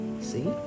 see